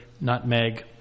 nutmeg